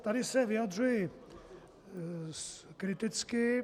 Tady se vyjadřuji kriticky.